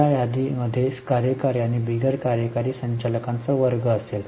त्या यादीमध्ये कार्यकारी आणि बिगर कार्यकारी संचालकांचा वर्ग असेल